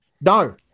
No